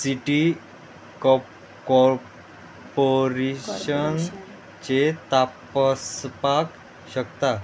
city co corporation चे तापासपाक शकता